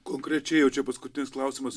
konkrečiai jau čia paskutinis klausimas